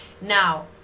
now